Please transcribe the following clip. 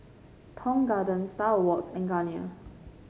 Tong Garden Star Awards and Garnier